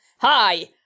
Hi